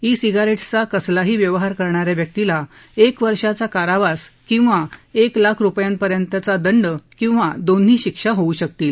E सिगारेट्सचा कसलाही व्यवहार करणा या व्यक्तीला एक वर्षांचा कारावास किवा एक लाख रुपयांपर्यंतचा दंड किवा दोन्ही शिक्षा होऊ शकतील